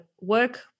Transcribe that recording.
work